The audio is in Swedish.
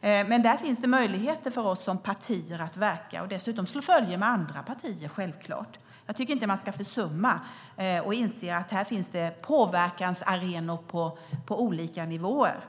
Här finns det dock möjligheter för oss som partier att verka och dessutom slå följe med andra partier. Jag tycker inte att man ska försumma att inse att det finns påverkansarenor på olika nivåer.